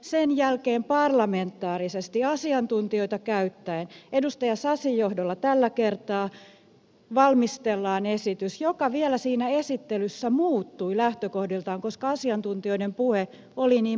sen jälkeen parlamentaarisesti asiantuntijoita käyttäen edustaja sasin johdolla tällä kertaa valmistellaan esitys joka vielä siinä esittelyssä muuttui lähtökohdiltaan koska asiantuntijoiden puhe oli niin painavaa